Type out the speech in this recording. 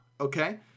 Okay